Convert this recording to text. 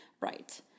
Right